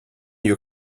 your